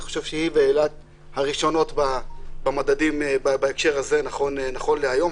אני חושב שהיא ואילת הראשונות במדדים בהקשר הזה נכון להיום.